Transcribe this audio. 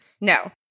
No